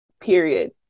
period